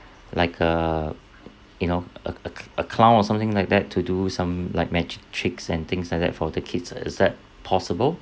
like err you know a a cl~ a clown or something like that to do some like magic tricks and things like that for the kids is that possible